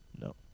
No